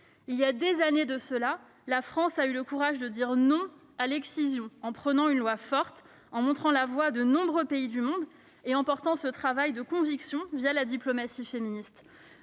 Il y a des années de cela, la France a eu le courage de dire non à l'excision en prenant une loi forte, en montrant la voie à de nombreux pays du monde et en portant ce travail de conviction, la diplomatie féministe.